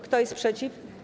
Kto jest przeciw?